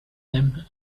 them